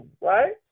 right